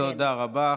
תודה רבה.